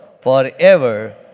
forever